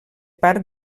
part